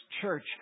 church